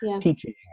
teaching